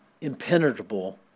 impenetrable